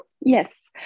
Yes